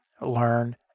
learn